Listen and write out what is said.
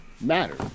matter